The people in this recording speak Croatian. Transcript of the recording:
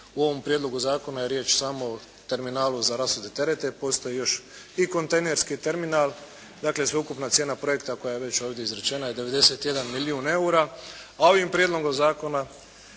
u ovom prijedlogu zakona je riječ samo o terminalu za rasute terete, postoji još i kontejnerski terminal, dakle sveukupna cijena projekta koja je već ovdje izrečena je 91 milijun eura, a ovim prijedlogom zakona